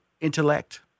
intellect